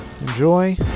enjoy